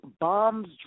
bombs